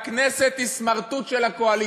והכנסת היא סמרטוט של הקואליציה.